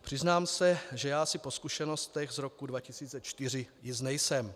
Přiznám se, že já si po zkušenostech z roku 2004 jist nejsem.